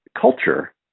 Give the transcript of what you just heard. culture